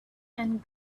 and